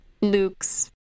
Luke's